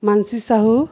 Manasi Sahu